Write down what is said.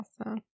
Awesome